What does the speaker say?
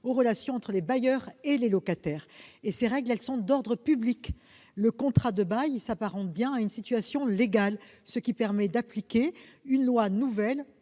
les relations entre bailleurs et locataires. Ces règles sont d'ordre public. Le contrat de bail s'apparente bien à une situation légale, ce qui permet d'appliquer une loi nouvelle